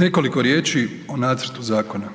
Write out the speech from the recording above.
Nekoliko riječi o nacrtu zakona,